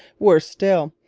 worse still,